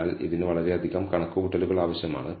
അതിനാൽ ഇതിന് വളരെയധികം കണക്കുകൂട്ടലുകൾ ആവശ്യമാണ്